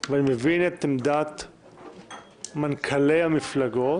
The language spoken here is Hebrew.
ואני מבין את עמדת מנכ"לי המפלגות